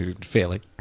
fairly